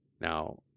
Now